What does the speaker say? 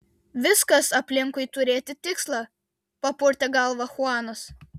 viskas aplinkui turėti tikslą papurtė galvą chuanas